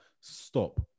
stop